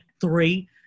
three